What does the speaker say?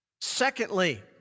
Secondly